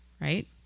Right